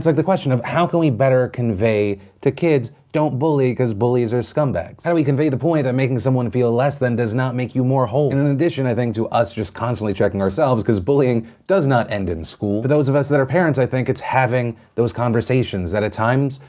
like the question of how can better convey to kids, don't bully because bullies are scum bags? how do we convey the point that making someone feel less than does not make you more whole? and in addition, i think to us just constantly checking ourselves, because bullying does not end in school. for those of us that are parents, i think it's having those conversation that at times,